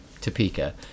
Topeka